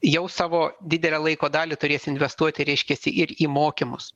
jau savo didelę laiko dalį turės investuoti reiškiasi ir į mokymus